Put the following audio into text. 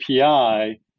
API